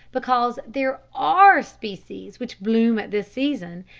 because there are species which bloom at this season,